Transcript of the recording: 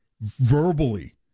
verbally